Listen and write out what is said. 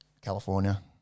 California